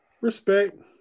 Respect